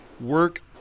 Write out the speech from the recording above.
work